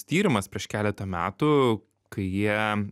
tyrimas prieš keletą metų kai jie